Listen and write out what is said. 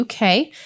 UK